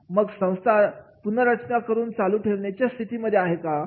मग संस्था पुनर्रचना करून चालू ठेवण्याच्या स्थितीमध्ये आहे का